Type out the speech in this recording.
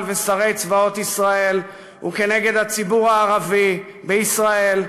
ושרי צבאות ישראל ונגד הציבור הערבי בישראל,